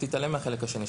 תתעלם מהחלק השני.